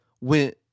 went